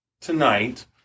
tonight